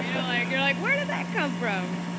you're like, where did that come from?